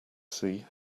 sea